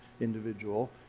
individual